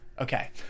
Okay